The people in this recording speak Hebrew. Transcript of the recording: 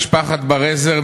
משפחת בר-עזר,